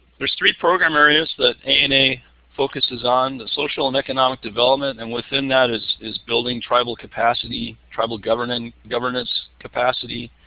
there's three program areas that and ana focuses on, the social and economic development, and within that is is building tribal capacity, tribal governance governance capacity.